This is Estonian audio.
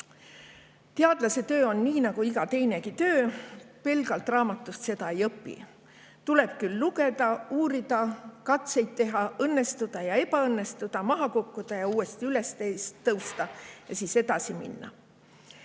tähtsus. Teadlase töö on nii nagu iga teinegi töö. Pelgalt raamatust seda ei õpi. Tuleb lugeda, uurida, katseid teha, õnnestuda ja ebaõnnestuda, maha kukkuda ja uuesti üles tõusta ja siis edasi minna.